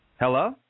Hello